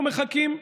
אנחנו מחכים.